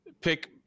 pick